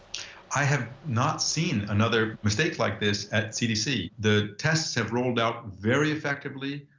i have not seen another mistake like this at cdc. the tests have rolled out very effectively,